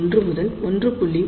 1 முதல் 1